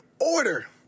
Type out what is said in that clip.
order